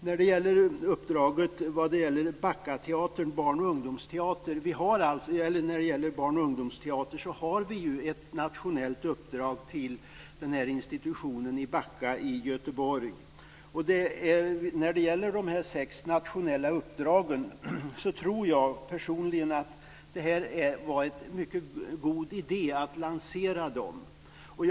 När det gäller barn och ungdomsteater har vi ett nationellt uppdrag till institutionen i Backa i Göteborg. Jag tror personligen att det var en mycket god idé att lansera de sex nationella uppdragen.